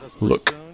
look